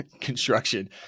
construction